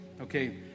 Okay